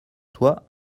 toi